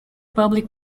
public